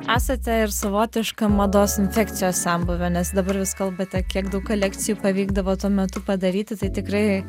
esate ir savotiška mados infekcijos senbuvė nes dabar vis kalbate kiek daug kolekcijų pavykdavo tuo metu padaryti tai tikrai